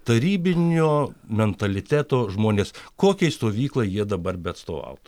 tarybinio mentaliteto žmonės kokiai stovyklai jie dabar beatstovautų